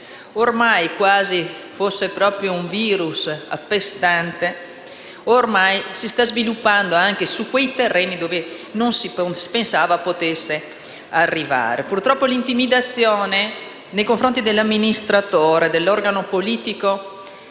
ormai, quasi proprio come un virus appestante, si sta sviluppando anche su quei terreni dove non si pensava potesse arrivare. Purtroppo l'intimidazione nei confronti dell'amministratore o dell'organo politico